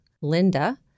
Linda